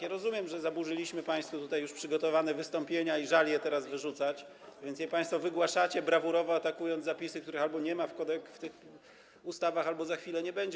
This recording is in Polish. Ja rozumiem, że zaburzyliśmy państwu tutaj już przygotowane wystąpienia i żal je teraz wyrzucać, więc je państwo wygłaszacie, brawurowo atakując zapisy, których albo nie ma w tych ustawach, albo za chwilę nie będzie.